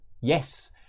Yes